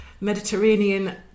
mediterranean